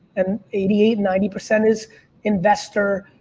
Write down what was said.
and eighty eight, ninety percent is investor,